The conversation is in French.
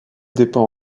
dépend